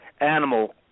animal